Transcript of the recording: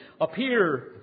Appear